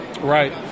Right